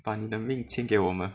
把你的命签给我们